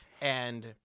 And-